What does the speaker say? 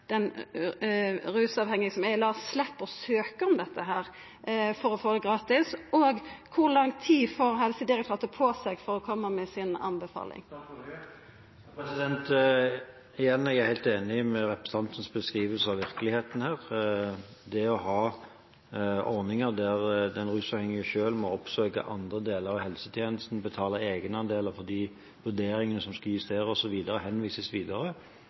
som er i LAR, slepp å søkja om det for å få det gratis, og kor lang tid får Helsedirektoratet på seg for å koma med ei anbefaling? Igjen: Jeg er helt enig i representantens beskrivelse av virkeligheten. Det å ha ordninger der den rusavhengige selv må oppsøke andre deler av helsetjenesten og betale egenandeler fordi vurderingene som skulle gis der, henvises videre,